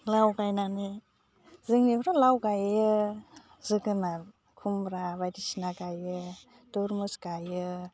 लाव गायनानै जोंनि इफ्राव लाव गायो जोगोनार खुमब्रा बायदिसिना गायो तुरमुस गायो